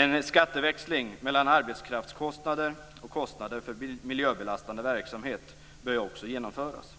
En skatteväxlning mellan arbetskraftskostnader och kostnader för miljöbelastande verksamhet bör också genomföras.